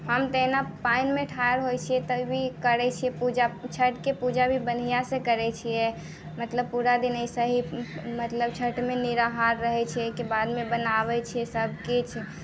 हम तऽ एना पानिमे ठाढ़ होइ छियै तभी करै छियै पूजा छठिके पूजा भी बढ़िऑं से करै छियै मतलब पूरा दिन एहिसे ही मतलब छठिमे निराहार रहै छियै एहिके बादमे बनाबै छियै सभ किछु